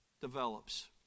develops